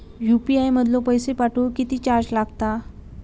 UPI मधलो पैसो पाठवुक किती चार्ज लागात?